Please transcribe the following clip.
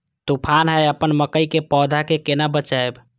तुफान है अपन मकई के पौधा के केना बचायब?